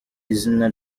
izina